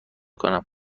کنم